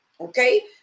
okay